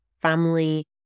family